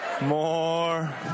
More